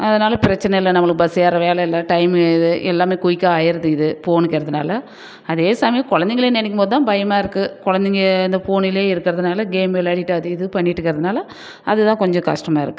அதனால் பிரச்சனை இல்லை நம்மளுக்கு பஸ் ஏர்கிற வேலை இல்லை டைம் இது எல்லாமே குயிக்காக ஆயிருது இது போன் இருக்கறதுனால் அதே சமயம் குழந்தைகளை நினைக்கும்போது தான் பயமாக இருக்குது குழந்தைங்க இந்த ஃபோனுலே இருக்கறதுனால் கேம் விளாடிகிட்டு அது இது பண்ணிகிட்டு இருக்கறதனால் அது தான் கொஞ்சம் கஷ்டமாக இருக்குது